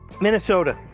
Minnesota